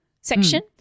section